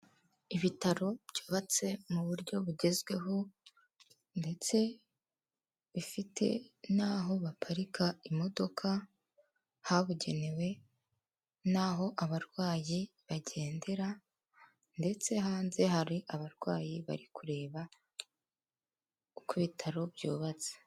Ibitaro byubatse mu buryo bugezweho ndetse bifite n'aho baparika imodoka habugenewe, n'aho abarwayi bagendera ndetse hanze hari abarwayi bari kureba uko ibitaro byubatse.